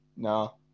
No